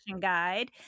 guide